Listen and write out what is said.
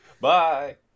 Bye